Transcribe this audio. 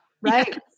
Right